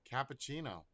Cappuccino